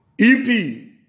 EP